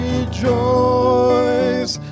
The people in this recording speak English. Rejoice